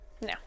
No